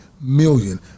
million